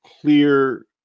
clear